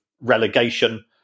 relegation